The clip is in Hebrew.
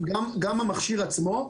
גם המכשיר עצמו,